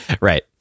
Right